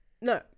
No